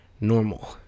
normal